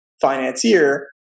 financier